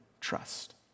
trust